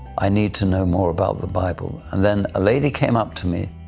i need to know more about the bible. and then a lady came up to me,